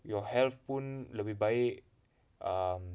your health pun lebih baik um